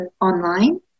online